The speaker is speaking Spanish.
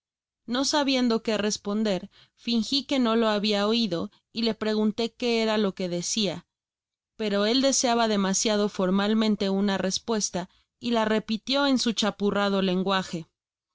no sabiendo qué res ponder fingí que no lo habia oido y le pregunté qué era toque decía pero él deseaba demasiado formalmente una respuesta y la repitió en su chapurrado lenguaje